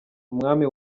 umwami